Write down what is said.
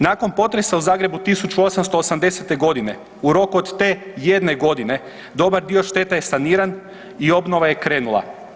Nakon potresa u Zagrebu 1880.g. u roku od te jedne godine dobar dio štete je saniran i obnova je krenula.